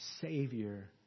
Savior